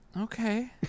okay